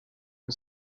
you